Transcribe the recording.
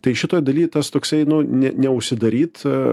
tai šitoj daly tas toksai nu ne neužsidaryt